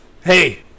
hey